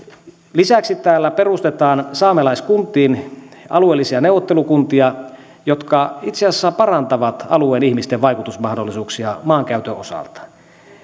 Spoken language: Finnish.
lisäksi täällä perustetaan saamelaiskuntiin alueellisia neuvottelukuntia jotka itse asiassa parantavat alueen ihmisten vaikutusmahdollisuuksia maankäytön osalta